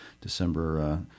December